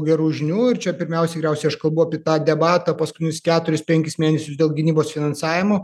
gerų žinių ir čia pirmiausiai tikriausiai aš kalbu apie tą debatą paskutinius keturis penkis mėnesius dėl gynybos finansavimo